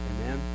Amen